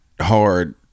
hard